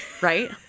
Right